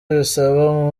bisaba